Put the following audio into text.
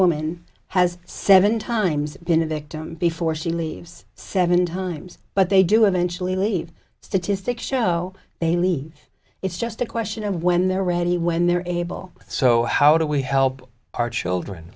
woman has seven times been a victim before she leaves seven times but they do eventually leave statistics show they leave it's just a question of when they're ready when they're able so how do we help our children